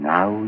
Now